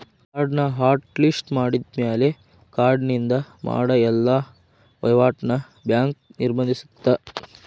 ಕಾರ್ಡ್ನ hot list ಮಾಡಿದ್ಮ್ಯಾಲೆ ಕಾರ್ಡಿನಿಂದ ಮಾಡ ಎಲ್ಲಾ ವಹಿವಾಟ್ನ ಬ್ಯಾಂಕ್ ನಿರ್ಬಂಧಿಸತ್ತ